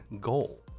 goal